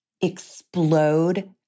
explode